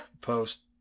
post